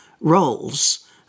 roles